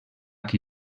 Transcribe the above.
qui